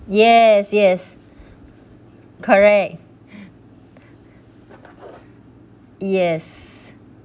yes yes correct yes